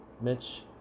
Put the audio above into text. Mitch